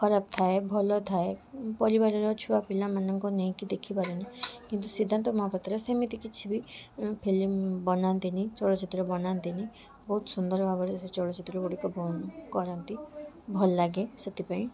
ଖରାପ ଥାଏ ଭଲ ଥାଏ ପରିବାରର ଛୁଆ ପିଲାମାନଙ୍କୁ ନେଇକି ଦେଖିପାରୁନୁ କିନ୍ତୁ ସିଦ୍ଧାନ୍ତ ମହାପାତ୍ର ସେମିତି କିଛି ବି ଫିଲ୍ମ ବନାନ୍ତିନି ଚଳଚ୍ଚିତ୍ର ବନାନ୍ତିନି ବହୁତ ସୁନ୍ଦର ଭାବରେ ସେ ଚଳଚ୍ଚିତ୍ର ଗୁଡ଼ିକ କ କରାନ୍ତି ଭଲ ଲାଗେ ସେଥିପାଇଁ